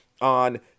on